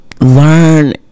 learn